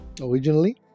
originally